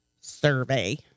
survey